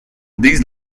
this